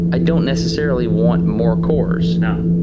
ah don't necessarily want more cores. no,